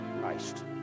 Christ